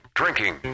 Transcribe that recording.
drinking